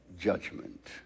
judgment